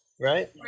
right